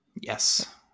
Yes